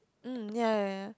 mm ya ya ya ya